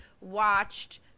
watched